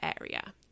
area